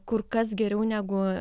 kur kas geriau negu